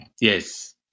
Yes